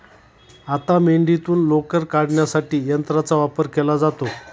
आता मेंढीतून लोकर काढण्यासाठी यंत्राचा वापर केला जातो